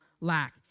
lack